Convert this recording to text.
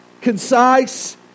concise